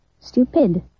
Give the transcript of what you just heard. stupid